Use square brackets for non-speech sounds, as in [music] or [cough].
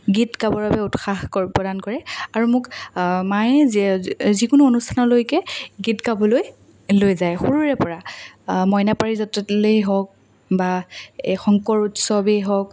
গীত গাবৰ বাবে উৎসাহ [unintelligible] প্ৰদান কৰে আৰু মোক মায়ে যিকোনো অনুষ্ঠানলৈকে গীত গাবলৈ লৈ যায় সৰুৰেপৰা মইনা পাৰিজাতলৈয়ে হওক বা এই শংকৰ উৎসৱেই হওক